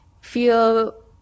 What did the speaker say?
feel